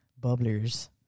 bubblers